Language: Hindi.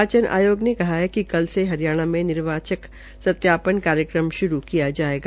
निर्वाचन आयोग ने कहा है कि कल से हरियाणा में निर्वाचन सत्यापन कार्यक्रम शुरू किया जायेगा